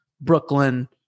Brooklyn